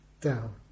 down